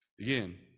Again